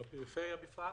בפרט בפריפריה.